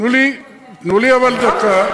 תנו לי אבל דקה.